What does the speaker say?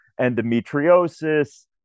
endometriosis